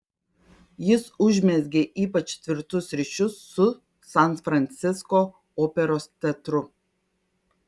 jis užmezgė ypač tvirtus ryšius su san francisko operos teatru